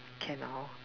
can lah hor